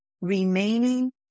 remaining